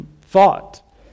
thought